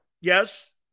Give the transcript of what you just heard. Yes